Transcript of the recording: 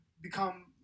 become